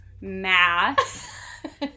Math